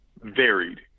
varied